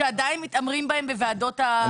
שעדיין מתעמרים בהם בוועדות ההכרה.